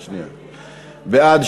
בעד,